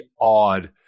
odd